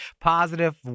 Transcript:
positive